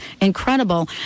incredible